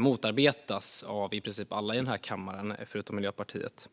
motarbetas av i princip alla i den här kammaren förutom Miljöpartiet.